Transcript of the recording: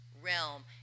realm